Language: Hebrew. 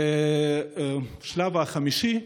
בשלב החמישי.